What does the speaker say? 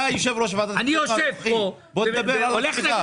אתה יושב ראש ועדת הכספים פה, בוא תדבר על עצמך.